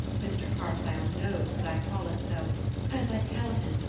mr. carstyle knows that i call it so as i tell him,